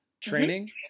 training